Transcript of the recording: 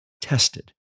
tested